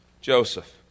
Joseph